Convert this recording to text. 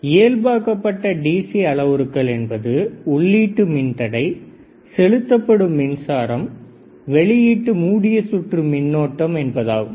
இங்கே இயல்பாக்கபட்ட டிசி அளவுருக்கள் என்பது உள்ளீட்டு மின்தடை செலுத்தப்படும் மின்சாரம் வெளியீட்டு மூடிய சுற்று மின்னோட்டம் என்பதாகும்